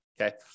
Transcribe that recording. okay